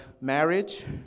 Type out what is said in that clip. marriage